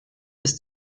ist